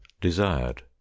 desired